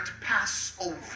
Passover